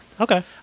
Okay